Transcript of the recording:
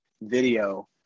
video